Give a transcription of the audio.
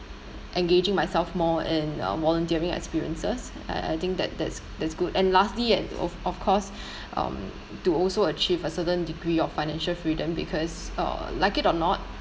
engaging myself more in um volunteering experiences I I think that that's that's good and lastly and of of course um to also achieve a certain degree of financial freedom because uh like it or not